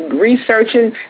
researching